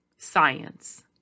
science